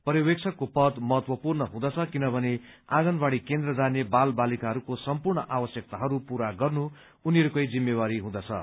पर्यवेक्षकको पद महत्यूवर्ण हुँदछ किनभने आँगनवाड़ी केन्द्र जाने बाल बालिकाहरूको सम्पूर्ण आवश्यकताहरू पूरा गर्न उनीहरू नै जिम्मेवार हुँदछन्